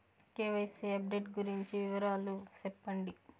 KYC update గురించి వివరాలు సెప్పండి?